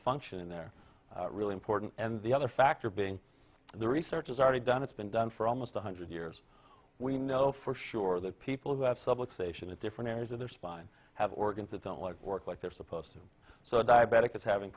functioning they're really important and the other factor being the research is already done it's been done for almost one hundred years we know for sure that people have that subway station at different areas of their spine have organs that don't like work like they're supposed to so a diabetic is having